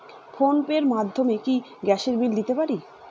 Phone pay র মাধ্যমে কি গ্যাসের বিল দিতে পারি?